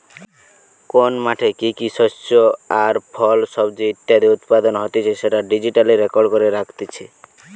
কোন মাঠে কি কি শস্য আর ফল, সবজি ইত্যাদি উৎপাদন হতিছে সেটা ডিজিটালি রেকর্ড করে রাখতিছে